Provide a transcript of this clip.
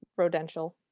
rodential